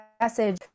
message